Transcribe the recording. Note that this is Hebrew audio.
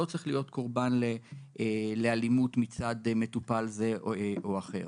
לא צריך להיות קורבן לאלימות מצד מטופל זה או אחר.